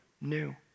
new